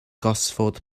gosford